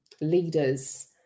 leaders